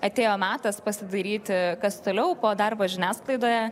atėjo metas pasidairyti kas toliau po darbo žiniasklaidoje